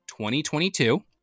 2022